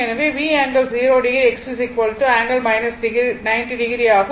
எனவே V∠0oXC ∠ 90 ஆகும்